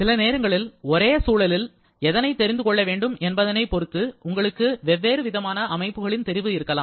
சில நேரங்களில் ஒரே சூழலில் எதனை தெரிந்து கொள்ள வேண்டும் என்பதனை பொருத்து உங்களுக்கு வெவ்வேறு விதமான அமைப்புகளின் தெரிவு இருக்கலாம்